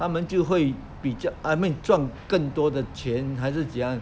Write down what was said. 他们就会比较 I mean 赚更多的钱还是讲